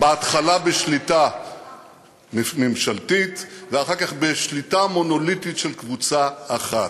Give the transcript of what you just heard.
בהתחלה בשליטה ממשלתית ואחר כך בשליטה מונוליטית של קבוצה אחת.